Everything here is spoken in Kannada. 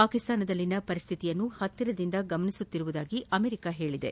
ಪಾಕಿಸ್ಸಾನದಲ್ಲಿನ ಪರಿಸ್ತಿತಿಯನ್ನು ಹತ್ತಿರದಿಂದ ಗಮನಿಸುತ್ತಿರುವುದಾಗಿ ಅಮೆರಿಕಾ ಹೇಳಿದೆ